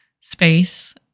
space